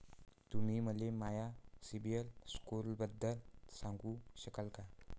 तुम्ही मले माया सीबील स्कोअरबद्दल सांगू शकाल का?